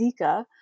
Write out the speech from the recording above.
Zika